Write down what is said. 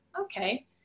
okay